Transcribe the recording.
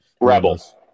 Rebels